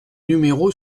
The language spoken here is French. numéro